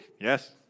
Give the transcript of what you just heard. Yes